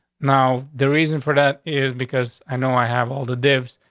now, the reason for that is because i know i have all the dips.